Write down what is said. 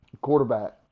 quarterback